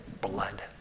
blood